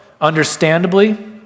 understandably